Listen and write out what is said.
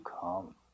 come